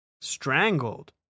Strangled